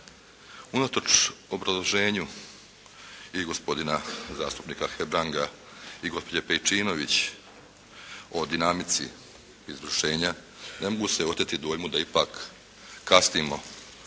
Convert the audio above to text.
Unatoč obrazloženju i gospodina zastupnika Hebranga i gospođe Pejčinović o dinamici izvršenja, ne mogu se oteti dojmu da ipak kasnimo